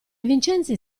vincenzi